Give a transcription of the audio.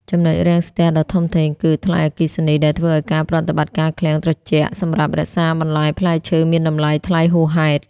ចំណុចរាំងស្ទះដ៏ធំធេងគឺ "ថ្លៃអគ្គិសនី" ដែលធ្វើឱ្យការប្រតិបត្តិការឃ្លាំងត្រជាក់សម្រាប់រក្សាបន្លែផ្លែឈើមានតម្លៃថ្លៃហួសហេតុ។